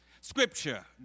Scripture